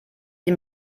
den